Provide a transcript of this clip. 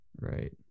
Right